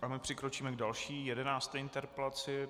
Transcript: Ano, přikročíme k další, jedenácté interpelaci.